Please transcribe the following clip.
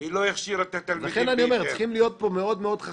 היא לא הכשירה את התלמידים בהתאם.